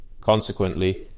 Consequently